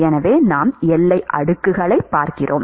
எனவே நாம் எல்லை அடுக்குகளைப் பார்க்கிறோம்